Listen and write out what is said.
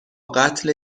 قتل